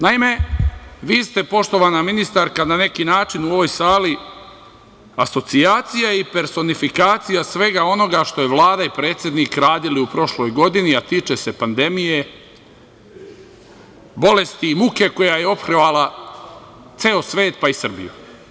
Naime, vi ste, poštovana ministarka, na neki način u ovoj sali asocijacija i personifikacija svega onoga što su Vlada i predsednik radili u prošloj godini, a tiče se pandemije, bolesti i muke koja je ophrvala ceo svet, pa i Srbiju.